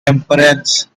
temperance